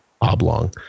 oblong